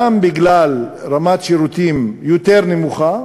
גם בגלל רמת שירותים יותר נמוכה,